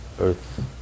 earth